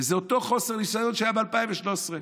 וזה אותו חוסר ניסיון שהיה ב-2013.